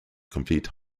complete